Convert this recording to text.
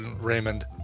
Raymond